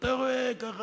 ואתה רואה ככה,